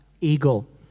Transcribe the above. eagle